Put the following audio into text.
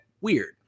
weird